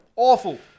Awful